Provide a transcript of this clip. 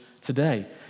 today